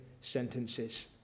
sentences